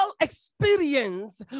experience